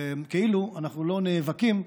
כאילו אנחנו לא נאבקים,